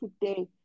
today